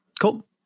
Cool